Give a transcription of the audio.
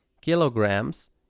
kilograms